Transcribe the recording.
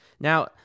Now